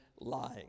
lying